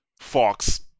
Fox